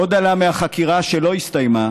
עוד עלה מהחקירה, שלא הסתיימה,